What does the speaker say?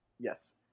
Yes